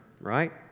right